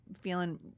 feeling